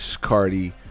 Cardi